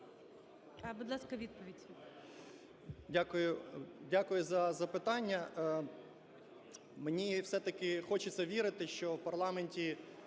Дякую за запитання. Мені все-таки хочеться вірити, що в парламенті